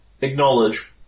Acknowledge